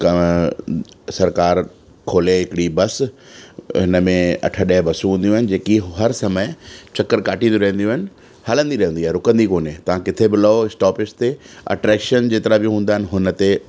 सरकार खोले हिकिड़ी बस हिन में अठ ॾह बसूं हूंदियूं आहिनि जेकी हर समय चकर काटींदियूं रहंदियूं आहिनि हलंदी रहंदी आहे रुकंदी कोन्हे तव्हां किथे बि लहो स्टोपिज ते अट्रैक्शन जेतिरा बि हूंदा आहिनि हुन ते